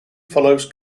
follows